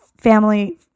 family